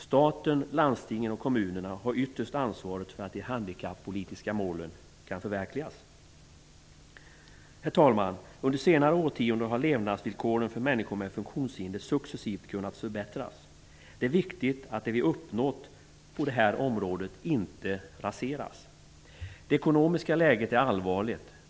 Staten, landstingen och kommunerna har det yttersta ansvaret för att de handikappolitiska målen kan förverkligas. Herr talman! Under senare årtionden har levnadsvillkoren för människor med funktionshinder successivt kunnat förbättras. Det är viktigt att det vi uppnått på detta område inte raseras. Det ekonomiska läget är allvarligt.